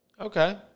Okay